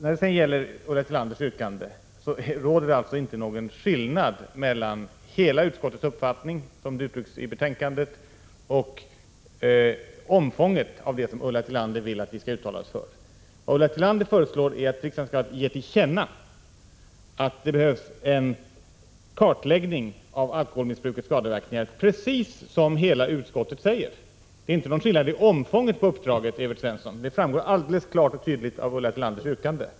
När det gäller Ulla Tillanders yrkande råder det alltså inte någon skillnad mellan utskottets uppfattning beträffande omfånget av den föreslagna kartläggningen. Vad Ulla Tillander föreslår är att riksdagen skall ge regeringen till känna att det, precis som utskottet framhåller, behövs en kartläggning av alkoholmissbrukets skadeverkningar. Det är inte någon skillnad när det gäller uppdragets omfång, Evert Svensson. Det framgår alldeles klart och tydligt av Ulla Tillanders yrkande.